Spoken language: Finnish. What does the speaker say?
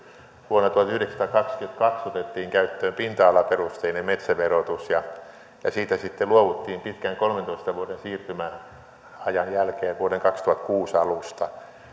vuonna tuhatyhdeksänsataakaksikymmentäkaksi otettiin käyttöön pinta alaperusteinen metsäverotus siitä sitten luovuttiin pitkän kolmentoista vuoden siirtymäajan jälkeen vuoden kaksituhattakuusi alusta